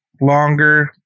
longer